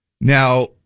now